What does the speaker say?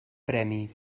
premi